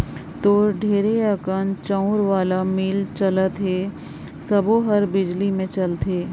तोर ढेरे अकन चउर वाला मील चलत हे सबो हर बिजली मे चलथे